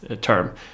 term